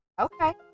Okay